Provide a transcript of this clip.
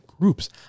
groups